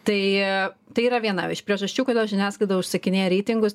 tai tai yra viena iš priežasčių kodėl žiniasklaida užsakinėja reitingus